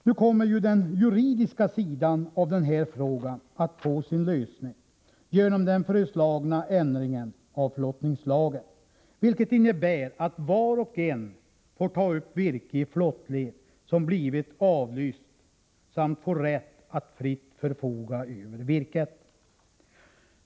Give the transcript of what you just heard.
Nu kommer ju den juridiska sidan av den här frågan att få sin lösning genom den föreslagna ändringen av flottningslagen, innebärande att var och en får ta upp virke i flottled som blivit avlyst samt får rätt att fritt förfoga över virket.